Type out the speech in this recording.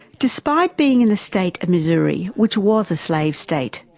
despite being in the state of missouri, which was a slave state,